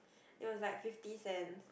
it was like fifty cents